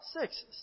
Six